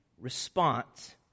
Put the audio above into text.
Response